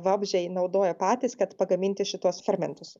vabzdžiai naudoja patys kad pagaminti šituos fermentus